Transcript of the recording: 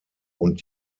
und